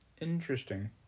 Interesting